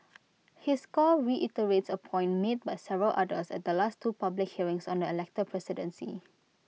his call reiterates A point made by several others at the last two public hearings on the elected presidency